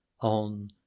on